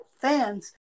fans